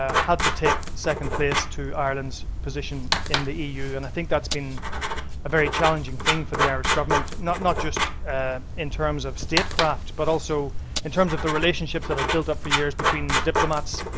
ah how to take second place to ireland's position in the eu. and i think that's been a very challenging thing for the irish government. not not just ah in terms of statecraft, but also in terms of the relationships that have build up for years between diplomats,